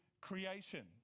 creation